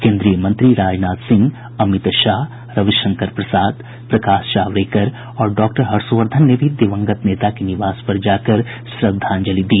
केन्द्रीय मंत्री राजनाथ सिंह अमित शाह रविशंकर प्रसाद प्रकाश जावड़ेकर और डॉक्टर हर्षवर्धन ने भी दिवंगत नेता के निवास पर जाकर श्रद्धांजलि दी